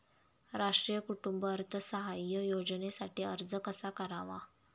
राष्ट्रीय कुटुंब अर्थसहाय्य योजनेसाठी अर्ज कसा करावा?